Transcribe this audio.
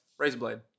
Razorblade